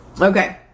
Okay